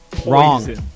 Wrong